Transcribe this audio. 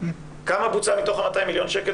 כמה בוצע מתוך ה-200 מיליון שקל,